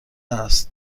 است